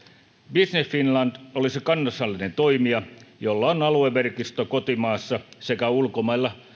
business finland olisi kansallinen toimija jolla on alueverkosto kotimaassa sekä ulkomailla